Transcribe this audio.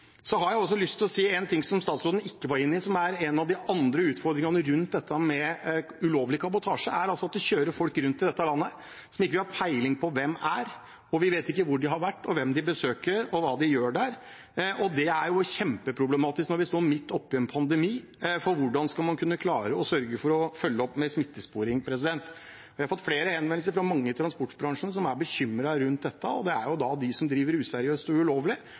Jeg har også lyst til å si noe statsråden ikke var innom, og som er en av de andre utfordringene rundt dette med ulovlig kabotasje. Det er altså at det i dette landet kjører folk rundt som vi ikke har peiling på hvem er, og vi vet ikke hvor de har vært, hvem de besøker, eller hva de gjør der. Det er kjempeproblematisk når vi står midt oppe i en pandemi, for hvordan skal man kunne klare å sørge for å følge opp med smittesporing? Vi har fått flere henvendelser fra mange i transportbransjen som er bekymret for dette, for dem som driver useriøst og ulovlig og holder på. Jeg mener fortsatt at det er